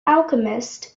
alchemist